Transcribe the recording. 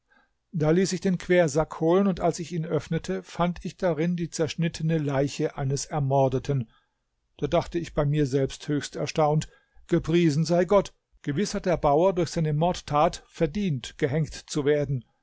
da ließ ich den quersack holen und als ich ihn öffnete fand ich darin die zerschnittene leiche eines ermordeten da dachte ich bei mir selbst höchst erstaunt gepriesen sei gott gewiß hat der bauer durch seine mordtat verdient gehängt zu werden